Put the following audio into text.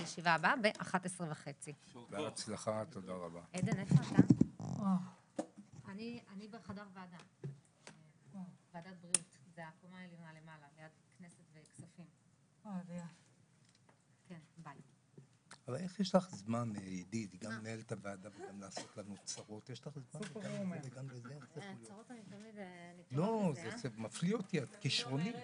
הישיבה ננעלה בשעה 10:58.